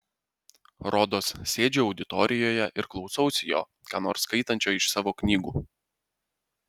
rodos sėdžiu auditorijoje ir klausausi jo ką nors skaitančio iš savo knygų